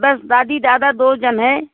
बस दादी दादा दो जन है